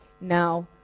Now